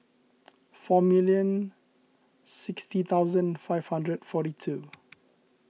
four million sixty thousand five hundred forty two